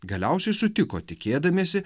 galiausiai sutiko tikėdamiesi